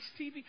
TV